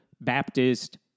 Baptist